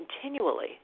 continually